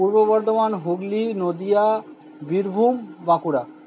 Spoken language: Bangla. পূর্ব বর্ধমান হুগলি নদীয়া বীরভূম বাঁকুড়া